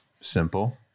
Simple